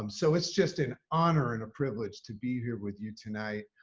um so it's just an honor and a privilege to be here with you tonight.